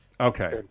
Okay